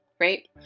Right